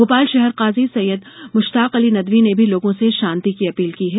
भोपाल शहर काजी सैयद मुश्ताक अली नदवी ने भी लोगों से शांति की अपील की है